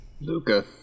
Luca